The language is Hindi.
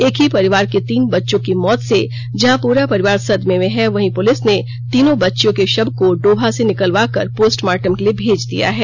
एक ही परिवार के तीन बच्चों की मौत से जहां पुरा परिवार सदमे में है वही पूर्लिंस ने तीनों बच्चियों के शव को डोभा से निकलवा कर पोस्टमार्टम के लिए मेज दिया है